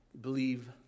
Believe